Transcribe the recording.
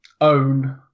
own